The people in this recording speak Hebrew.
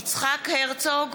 (קוראת בשם חבר הכנסת) יצחק הרצוג,